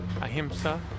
Ahimsa